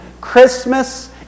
Christmas